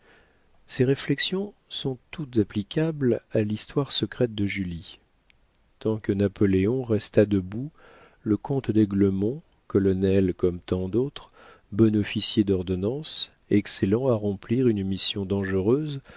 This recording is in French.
ces réflexions sont toutes applicables à l'histoire secrète de julie tant que napoléon resta debout le comte d'aiglemont colonel comme tant d'autres bon officier d'ordonnance excellant à remplir une mission dangereuse